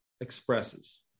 expresses